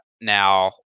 now